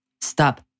Stop